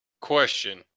Question